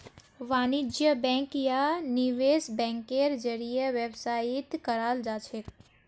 वाणिज्य बैंक या निवेश बैंकेर जरीए व्यवस्थित कराल जाछेक